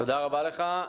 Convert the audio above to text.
תודה רבה לך.